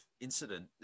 incident